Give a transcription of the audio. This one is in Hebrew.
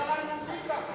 זה גם במגזר היהודי ככה.